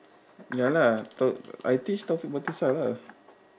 ya lah tau~ I teach taufik batisah lah